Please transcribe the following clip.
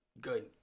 good